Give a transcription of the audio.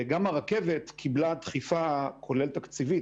גם הרכבת קיבלה דחיפה כולל תקציבית,